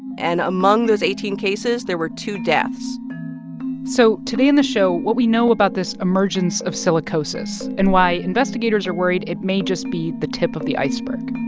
and among those eighteen cases, there were two deaths so today in the show, what we know about this emergence of silicosis and why investigators are worried it may just be the tip of the iceberg